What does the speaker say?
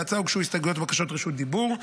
להצעה הוגשו הסתייגויות ובקשות רשות דיבור.